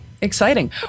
exciting